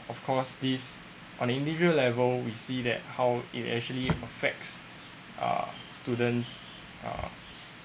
of course this on individual level we see that how it actually affects err students err